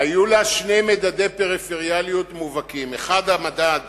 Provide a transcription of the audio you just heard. היו לה שני מדדי פריפריאליות מובהקים: האחד, המדד